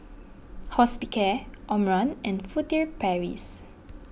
Hospicare Omron and Furtere Paris